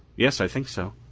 yes. i think so.